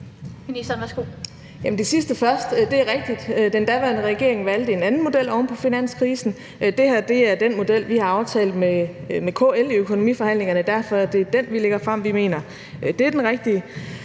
Det sidste først: Det er rigtigt, at den daværende regering valgte en anden model oven på finanskrisen. Det her er den model, vi har aftalt med KL i økonomiforhandlingerne, og derfor er det den, vi lægger frem. Vi mener, at det er den rigtige.